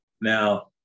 now